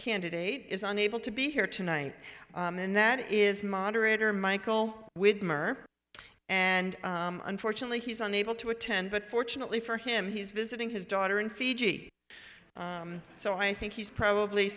candidate is unable to be here tonight and that is moderator michel widmer and unfortunately he's unable to attend but fortunately for him he's visiting his daughter in fiji so i think he's probably